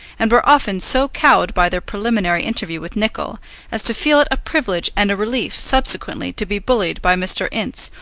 and were often so cowed by their preliminary interview with nicol as to feel it a privilege and a relief subsequently to be bullied by mr. ince,